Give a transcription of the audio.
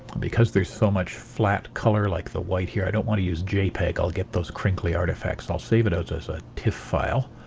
because there's so much flat color like the white here i don't want to use jpeg i'll get those crinkly artefacts. i'll save it as as a tif file